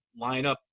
lineup